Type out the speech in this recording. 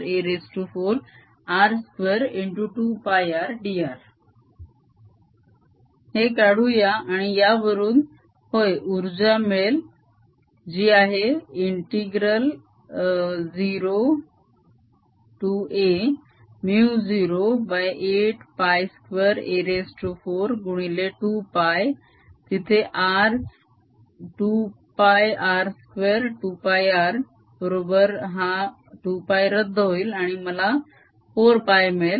2πrdr हे काढूया आणि यावरून होय उर्जा मिळेल जा आहे ∫0 2 a μ08π2a4 गुणिले 2π तिथे r 2 π r2 2 πr बरोबर हा 2 π रद्द होईल आणि मला 4π मिळेल